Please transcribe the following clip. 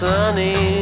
sunny